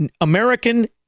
American